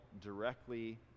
directly